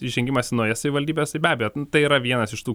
įžengimas į naujas savivaldybes tai be abejo tai yra vienas iš tų